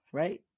right